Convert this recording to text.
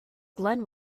glen